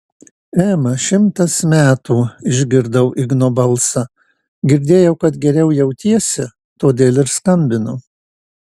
ema šimtas metų išgirdau igno balsą girdėjau kad geriau jautiesi todėl ir skambinu